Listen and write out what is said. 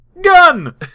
gun